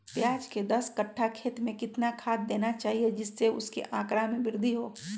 प्याज के दस कठ्ठा खेत में कितना खाद देना चाहिए जिससे उसके आंकड़ा में वृद्धि हो?